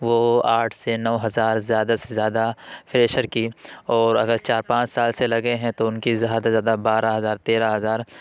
وہ آٹھ سے نو ہزار زیادہ سے زیادہ فریشر کی اور اگر چار پانچ سال سے لگے ہیں تو ان کی زیادہ سے زیادہ بارہ ہزار تیرہ ہزار